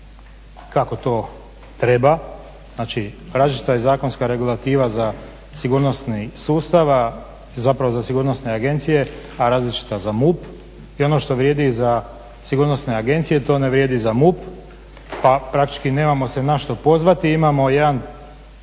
kako to treba. Znači, različita je zakonska regulativa za sigurnosni sustav, a zapravo za sigurnosne agencije a različita za MUP i ono što vrijedi za sigurnosne agencije to ne vrijedi za MUP pa praktički nemamo se na što pozvati i imamo jedan